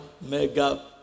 mega